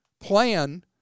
plan